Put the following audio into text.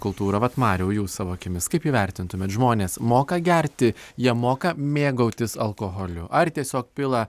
kultūra vat mariau jūs savo akimis kaip įvertintumėt žmonės moka gerti jie moka mėgautis alkoholiu ar tiesiog pila